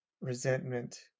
resentment